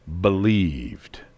believed